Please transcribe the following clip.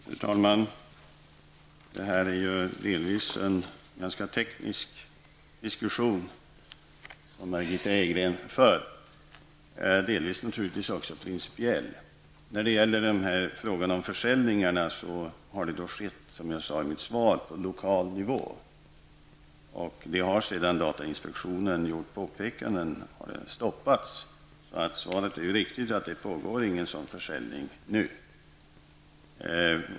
Fru talman! Det är delvis en ganska teknisk diskussion som Margitta Edgren för. Delvis är den naturligtvis också principiell. Försäljningarna har, som jag sade i mitt svar, skett på lokal nivå och de har, sedan datainspektionen gjorde påpekandet, stoppats. Svaret är därför riktigt. Det pågår ingen sådan försäljning nu.